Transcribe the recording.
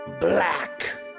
Black